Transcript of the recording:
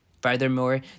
Furthermore